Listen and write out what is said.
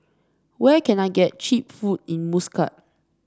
where can I get cheap food in Muscat